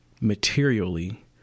materially